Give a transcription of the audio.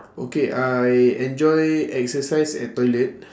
okay I enjoy exercise at toilet